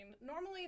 normally